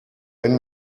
wenn